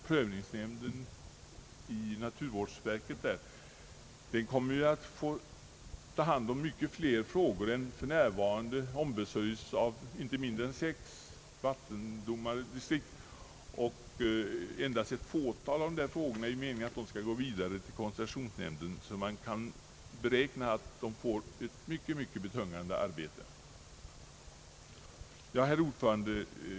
Prövningsnämnden i naturvårdsverket kommer att få ta hand om många fler frågor än som för närvarande ombesörjs av inte mindre än sex vattendomardistrikt. Det är meningen att endast ett fåtal av dessa frågor skall gå vidare till koncessionsnämnden, och man kan således beräkna att det blir ett mycket, mycket betungande arbete. Herr talman!